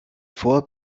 vor